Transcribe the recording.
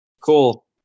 Cool